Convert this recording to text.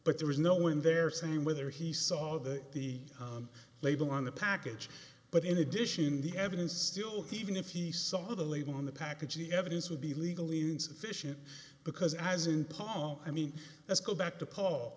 but there was no in there saying whether he saw that the label on the package but in addition the evidence still even if he saw the label on the package the evidence would be legally insufficient because as in paul i mean let's go back to paul